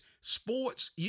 sports